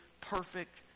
perfect